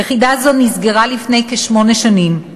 יחידה זו נסגרה לפני כשמונה שנים.